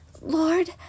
Lord